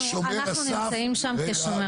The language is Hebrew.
אנחנו נמצאים שם כשומר סף.